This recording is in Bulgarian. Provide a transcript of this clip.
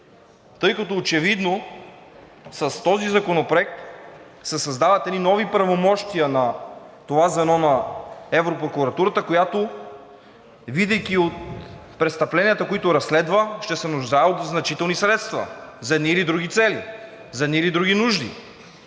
тъй като очевидно с този законопроект се създават едни нови правомощия на това звено на европрокуратурата, която, виждайки от престъпленията, които разследва, ще се нуждае от значителни средства за едни или други цели, за едни или други нужди